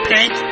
Pink